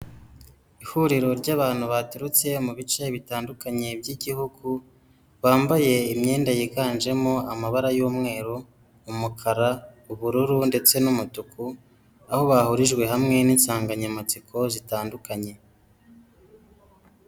Ihuriro ry'abantu baturutse mu bice bitandukanye by'igihugu, bambaye imyenda yiganjemo amabara y'umweru, umukara, ubururu ndetse n'umutuku aho bahurijwe hamwe n'insanganyamatsiko zitandukanye.